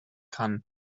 kann